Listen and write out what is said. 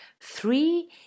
Three